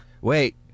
Wait